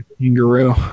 kangaroo